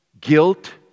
guilt